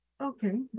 Okay